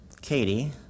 Katie